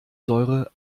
säure